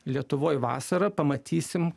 lietuvoj vasarą pamatysim